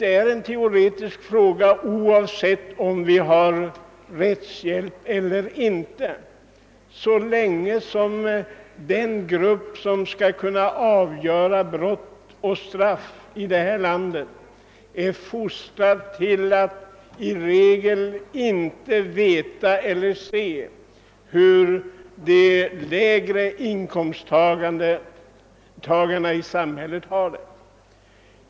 Det är en teoretisk fråga, oavsett om vi har rättshjälp eller inte, så länge den grupp som avgör frågor om brott och straff i detta land är fostrad till att i regel inte veta hur de lägre inkomsttagarna i samhället har det.